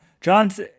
John's